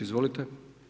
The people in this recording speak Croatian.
Izvolite.